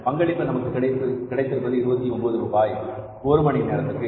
பங்களிப்பு நமக்கு கிடைத்திருப்பது 29 ரூபாய் ஒரு மணி நேரத்திற்கு